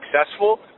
successful